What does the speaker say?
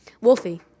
Wolfie